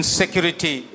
security